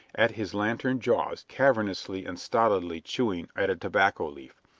at his lantern jaws cavernously and stolidly chewing at a tobacco leaf,